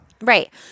right